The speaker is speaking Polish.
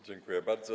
Dziękuję bardzo.